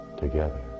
Together